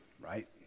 right